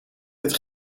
het